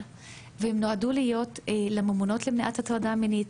והם נודעו להיות לממונות למניעת הטרדה מינית,